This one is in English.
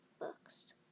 books